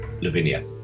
Lavinia